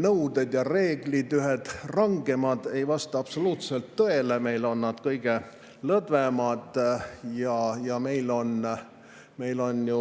nõuded ja reeglid ühed rangeimad, ei vasta absoluutselt tõele. Meil on need kõige lõdvemad. Meil on ju